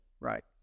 Right